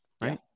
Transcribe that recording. Right